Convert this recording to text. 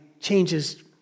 changes